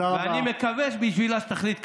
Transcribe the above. אני מקווה בשבילה שתחליט כמונו,